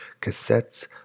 cassettes